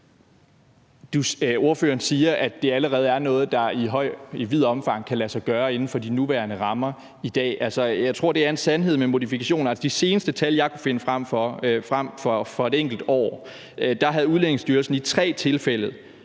Ordføreren siger, at det allerede i dag er noget, der i vidt omfang kan lade sig gøre inden for de nuværende rammer. Jeg tror, det en sandhed med modifikationer. Altså, ifølge de seneste tal, jeg har kunnet finde frem for et enkelt år, havde Udlændingestyrelsen i tre tilfælde